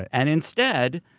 and instead,